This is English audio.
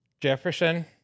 Jefferson